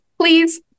please